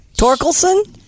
Torkelson